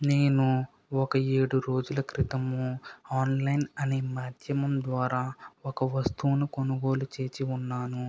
నేను ఒక ఏడు రోజుల క్రితము ఆన్లైన్ అనే మాధ్యమం ద్వారా ఒక వస్తువును కొనుగోలు చేసి ఉన్నాను